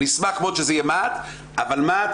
אני אשמח מאוד שזה יהיה מה"ט אבל מה"ט